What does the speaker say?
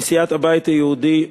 מסיעת הבית היהודי,